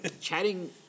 chatting